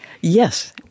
yes